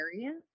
area